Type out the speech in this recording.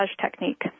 technique